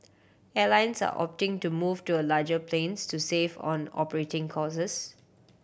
airlines are opting to move to a larger planes to save on operating costs